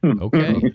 Okay